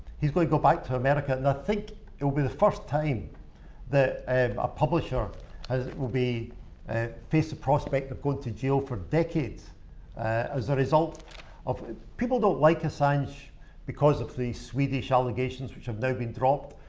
he's going to go back to america, and i think it will be the first time that and a publisher has will be and face the prospect of going to jail for decades as a result of people don't like assange because of the swedish allegations, which have now been dropped.